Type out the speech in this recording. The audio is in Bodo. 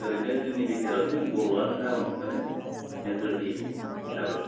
ओरैनो जोंनि बि टि आरआवथ' जों बर'आनोखा बांसिनानो मेज'रिटी हिसाबै